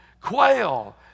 quail